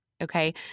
okay